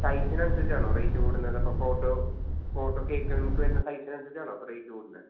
സൈസിനനുസരിച്ചാണോ rate കൂടുന്നത് അപ്പം photo photo cake നമുക്ക് വരുന്നത് സൈസിനനുസരിച്ചാണോ അപ്പോൾ റേറ്റ് കൂടുന്നത്